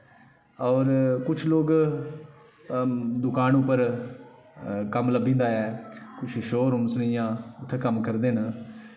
होर कुछ लोग दुकान उप्पर कम्म लब्भी जंदा ऐ कुछ शोरूम्स न जि'यां उत्थें कम्म करदे न